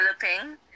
developing